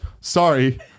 sorry